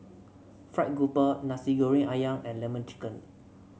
fried grouper Nasi Goreng ayam and lemon chicken